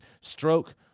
stroke